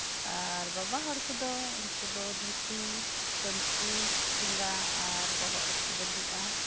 ᱟᱨ ᱵᱟᱵᱟ ᱦᱚᱲ ᱠᱚᱫᱚ ᱩᱱᱠᱩ ᱫᱚ ᱫᱷᱩᱛᱤ ᱯᱟᱧᱪᱤ ᱰᱮᱸᱜᱟ ᱟᱨ ᱵᱚᱦᱚᱜ ᱨᱮᱠᱚ ᱫᱟᱲᱦᱤᱜᱼᱟ